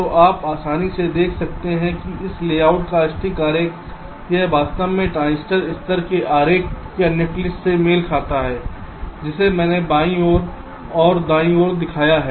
तो आप आसानी से देख सकते हैं कि इस लेआउट का स्टिक आरेख यह वास्तव में ट्रांजिस्टर स्तर के आरेख या नेटलिस्ट से मेल खाता है जिसे मैंने बाईं ओर दाईं ओर दिखाया है